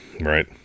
Right